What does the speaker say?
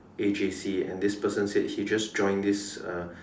A_J_C and this person said that he just joined this uh